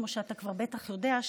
כמו שאתה כבר בטח יודע,